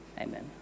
Amen